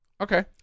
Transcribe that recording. okay